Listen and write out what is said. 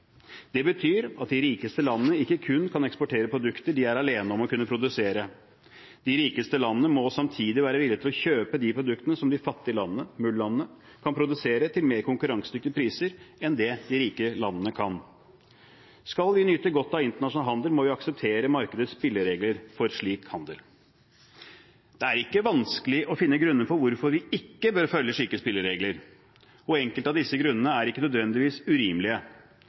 Det betyr at de rikeste landene ikke kun kan eksportere produkter de er alene om å kunne produsere. De rikeste landene må samtidig være villige til å kjøpe de produktene som de fattige landene – MUL-landene – kan produsere til mer konkurransedyktige priser enn de rike landene kan. Skal vi nyte godt av internasjonal handel, må vi akseptere markedets spilleregler for slik handel. Det er ikke vanskelig å finne grunner for hvorfor vi ikke bør følge slike spilleregler, og enkelte av disse grunnene er ikke nødvendigvis urimelige.